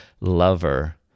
lover